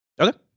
Okay